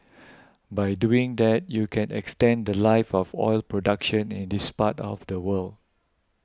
by doing that you can extend the Life of oil production in this part of the world